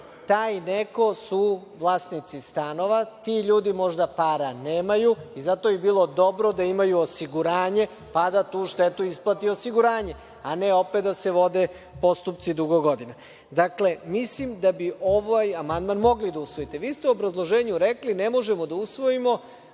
Taj neko su vlasnici stanova, ti ljudi možda para nemaju i zato bi bilo dobro da imaju osiguranje, pa da tu štetu isplati osiguranje, a ne opet da se vode postupci dugo godina. Dakle, mislim da bi ovaj amandman mogli da usvojite. Vi ste u obrazloženju rekli, ne možemo da usvojimo